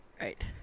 Right